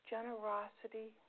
Generosity